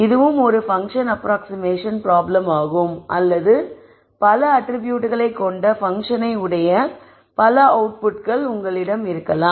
இதுவும் ஒரு function approximation பிராப்ளமாகும் அல்லது பல அட்ரிபியூட்களை கொண்ட பங்க்ஷனை உடைய பல அவுட்புட்கள் உங்களிடம் இருக்கலாம்